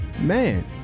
man